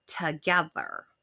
together